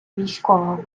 військового